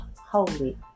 holy